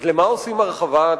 אז לְמה עושים הרחבה תקציבית?